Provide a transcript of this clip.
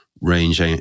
range